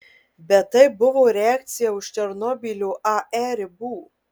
bet tai buvo reakcija už černobylio ae ribų